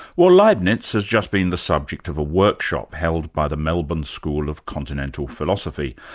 well leibnitz has just been the subject of a workshop held by the melbourne school of continental philosophy,